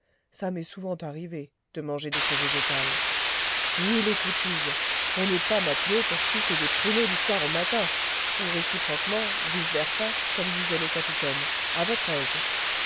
ça m'est souvent arrivé de manger de ce végétal mille écoutilles on n'est pas matelot pour sucer des pruneaux du soir au matin ou réciproquement vice versa comme disait le capitaine à votre aise